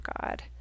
God